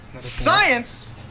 science